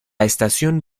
estación